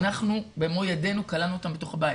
אנחנו במו ידנו כלאנו אותם בתוך הבית.